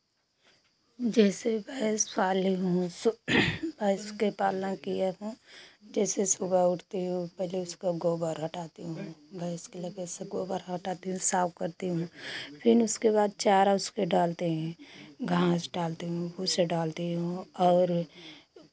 जैसे भैंस पाली हूँ सो भैंस के पालना किया हूँ जैसे सुबह उठती हूँ पहले उसको गोबर हटाती हूँ भैंस के लगे से गोबर हटाती हूँ साफ करती हूँ फिर उसके बाद चारा उसके डालते हैं घास डालती हूँ भूसा डालती हूँ और